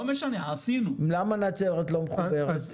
למה נצרת לא מחוברת?